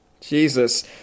Jesus